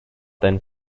then